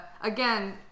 again